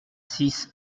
six